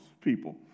people